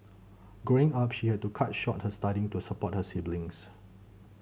growing up she had to cut short her studying to support her siblings